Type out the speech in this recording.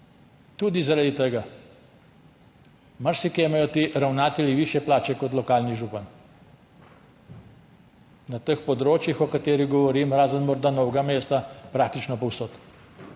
Tudi zaradi tega. Marsikje imajo ti ravnatelji višje plače kot lokalni župan, na teh področjih, o katerih govorim, razen morda Novega mesta, praktično povsod.